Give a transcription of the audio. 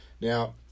Now